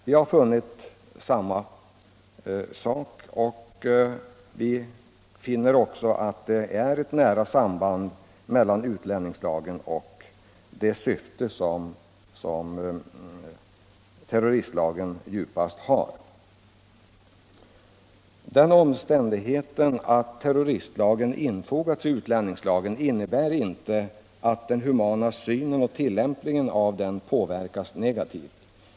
Vi har funnit detsamma, och vi finner också att det är ett nära samband mellan utlänningslagen och det syfte som terroristlagen djupast har, nämligen att skydda människor för våld. Den omständigheten att terroristlagen infogats i utlänningslagen innebär inte att den humana synen och tilllämpningen av lagen påverkas negativt.